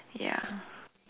ya